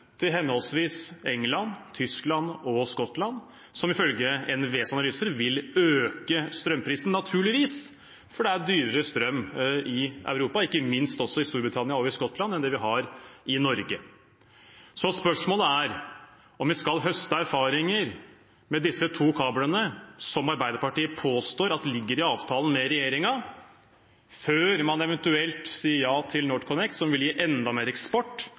til henholdsvis England, Tyskland og Skottland, som ifølge NVEs analyser vil øke strømprisen – naturligvis – for det er dyrere strøm i Europa, ikke minst i Storbritannia og Skottland, enn i Norge. Spørsmålet er om vi skal høste erfaringer med disse to kablene, noe som Arbeiderpartiet påstår ligger i avtalen med regjeringen, før man eventuelt sier ja til NorthConnect, som vil gi enda mer eksport